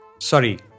Sorry